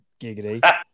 giggity